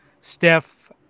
Steph